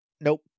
Nope